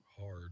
hard